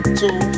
two